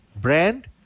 brand